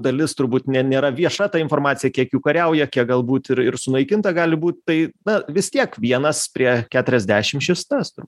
dalis turbūt nė nėra vieša ta informacija kiek jų kariauja kiek galbūt ir ir sunaikinta gali būt tai na vis tiek vienas prie keturiasdešim šis tas